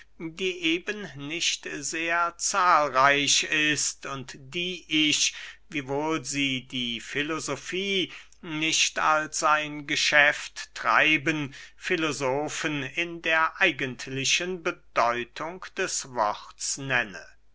die eben nicht sehr zahlreich ist und die ich wiewohl sie die filosofie nicht als ein geschäft treiben filosofen in der eigentlichen bedeutung des worts nenne